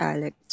Alex